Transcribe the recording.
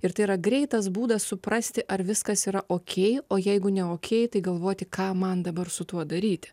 ir tai yra greitas būdas suprasti ar viskas yra okei o jeigu ne okei tai galvoti ką man dabar su tuo daryti